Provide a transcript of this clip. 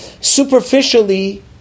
superficially